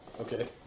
Okay